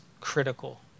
critical